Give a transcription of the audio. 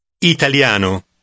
Italiano